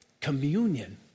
Communion